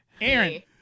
Aaron